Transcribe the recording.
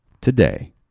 Today